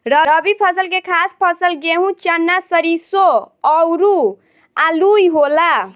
रबी फसल के खास फसल गेहूं, चना, सरिसो अउरू आलुइ होला